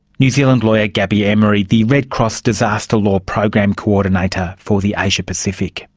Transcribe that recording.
new zealand lawyer gabby emery, the red cross disaster law program coordinator for the asia-pacific.